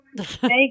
Thank